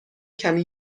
کمی